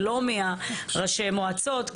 ולא מראשי מועצות.